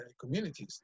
communities